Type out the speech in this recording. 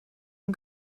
and